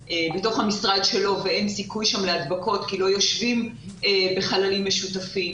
המשרד שלו ואין סיכוי שם להדבקות כי לא יושבים בחללים משותפים,